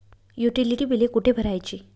Utility बिले कुठे भरायची?